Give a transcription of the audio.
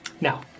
Now